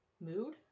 mood